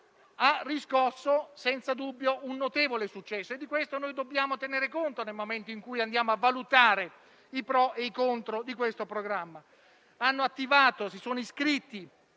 ha riscosso senza dubbio un notevole successo e di questo dobbiamo tenere conto, nel momento in cui ne andiamo a valutare i pro e i contro. Hanno attivato e si sono iscritti